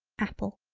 apple.